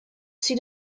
see